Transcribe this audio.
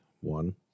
one